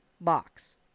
box